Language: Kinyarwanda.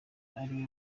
ariwe